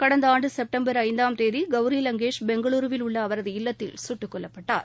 கடந்த ஆண்டு செப்டம்பர் ஐந்தாம் தேதி கெளி லங்கேஷ் பெங்களூருவில் உள்ள அவரது இல்லத்தில் சுட்டுக் கொல்லப்பட்டார்